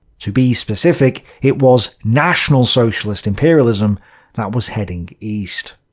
to be specific, it was national socialist imperialism that was heading east.